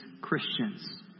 Christians